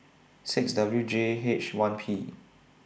six W J H one P